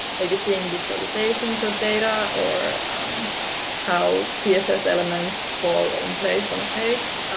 maybe seeing visualisations of data, or how css elements fall in place on a page.